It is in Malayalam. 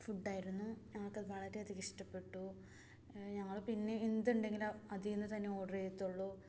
ഫുഡ് ആയിരുന്നു ഞങ്ങൾക്കത് വളരെയധികം ഇഷ്ടപ്പെട്ടു ഞങ്ങൾ പിന്നെ എന്ത് ഉണ്ടെങ്കിലും അതിൽനിന്ന്തന്നെ ഓർഡർ ചെയ്യത്തുള്ളൂ